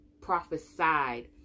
prophesied